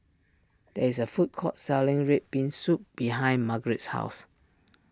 there is a food court selling Red Bean Soup behind Margret's house